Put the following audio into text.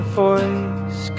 voice